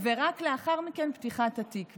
ורק לאחר מכן פתיחת התיק.